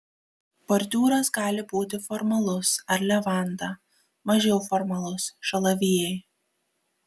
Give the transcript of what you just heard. bordiūras gali būti formalus ar levanda mažiau formalus šalavijai